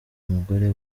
umugore